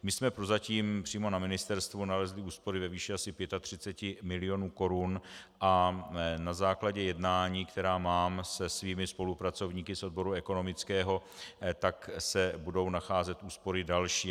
My jsme prozatím přímo na ministerstvu nalezli úspory ve výši asi 35 milionů korun a na základě jednání, která mám se svými spolupracovníky z odboru ekonomického, se budou nacházet úspory další.